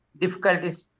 difficulties